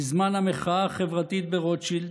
בזמן המחאה החברתית ברוטשילד,